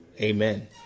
Amen